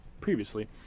previously